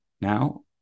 now